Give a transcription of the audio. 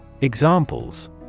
Examples